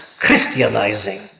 Christianizing